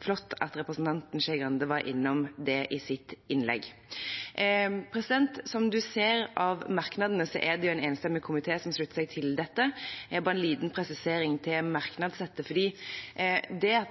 flott at representanten Skei Grande var innom det i sitt innlegg. Som man ser av merknadene, er det en enstemmig komité som slutter seg til dette. Jeg har bare en liten presisering til en merknad. At